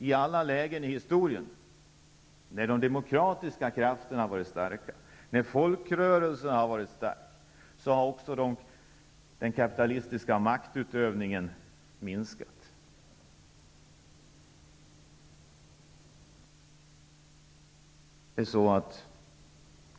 I alla lägen i historien när de demokratiska krafterna varit starka och folkrörelserna varit starka har också den kapitalistiska maktutövningen minskat.